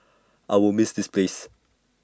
I will miss this place